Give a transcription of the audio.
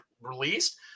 released